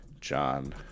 John